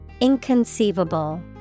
Inconceivable